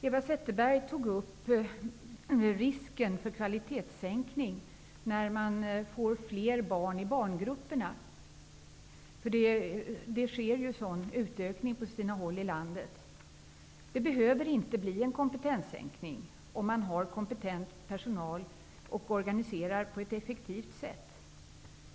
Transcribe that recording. Eva Zetterberg tog upp frågan om risk för kvalitetssänkning vid fler barn i barngrupperna -- det sker ju en sådan utökning på sina håll i landet. Det behöver inte betyda en kvalitetssänkning om man har kompetent personal och organiserar på ett effektivt sätt.